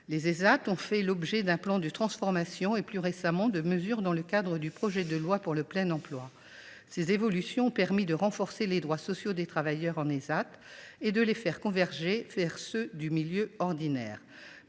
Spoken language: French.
Les Ésat ont fait l’objet d’un plan de transformation, et plus récemment de mesures dans le cadre du projet de loi pour le plein emploi. Ces évolutions ont permis de renforcer les droits sociaux des travailleurs en Ésat et de les faire converger vers ceux du milieu ordinaire,